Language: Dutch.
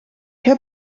heb